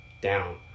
down